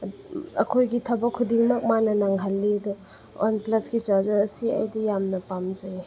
ꯑꯩꯈꯣꯏꯒꯤ ꯊꯕꯛ ꯈꯨꯗꯤꯡꯃꯛ ꯃꯥꯅ ꯅꯪꯍꯜꯂꯤ ꯑꯗꯣ ꯋꯥꯟ ꯄ꯭ꯂꯁꯀꯤ ꯆꯥꯔꯖꯔ ꯑꯁꯤ ꯑꯩꯗꯤ ꯌꯥꯝꯅ ꯄꯥꯝꯖꯩꯌꯦ